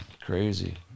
Crazy